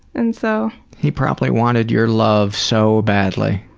and so he probably wanted your love so badly.